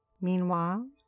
Meanwhile